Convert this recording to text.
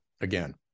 again